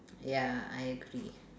ya I agree